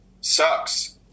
sucks